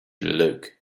look